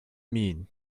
mean